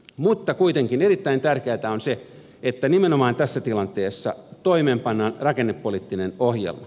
mutta kuitenkin erittäin tärkeätä on se että nimenomaan tässä tilanteessa toimeenpannaan rakennepoliittinen ohjelma